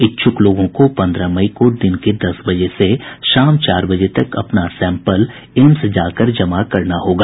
इच्छुक लोगों को पंद्रह मई को दिन के दस बजे से शाम चार बजे तक अपना सैंपल एम्स जाकर जमा करना होगा